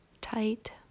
tight